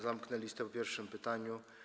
Zamknę listę po pierwszym pytaniu.